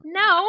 no